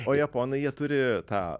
o japonai jie turi tą